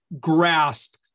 grasp